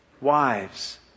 Wives